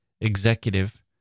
executive